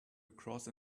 across